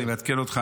אני מעדכן אותך,